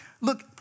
look